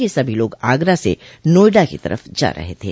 यह सभी लोग आगरा से नोएडा की तरफ जा रहे थे